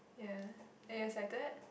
yeah are you excited